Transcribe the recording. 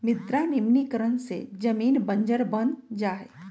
मृदा निम्नीकरण से जमीन बंजर बन जा हई